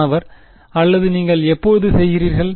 மாணவர் அல்லது நீங்கள் எப்போது செய்கிறீர்கள்